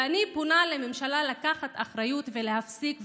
ואני פונה אל הממשלה לקחת אחריות ולהפסיק,